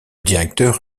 directeur